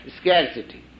scarcity